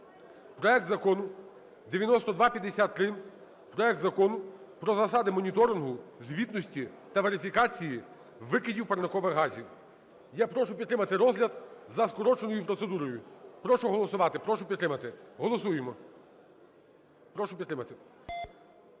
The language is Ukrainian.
проект Закону 9253 – проект Закону про засади моніторингу, звітності та верифікації викидів парникових газів. Я прошу підтримати розгляд за скороченою процедурою. Прошу голосувати, прошу підтримати. Голосуємо. Прошу підтримати.